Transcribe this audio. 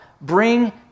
bring